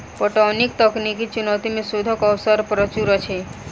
पटौनीक तकनीकी चुनौती मे शोधक अवसर प्रचुर अछि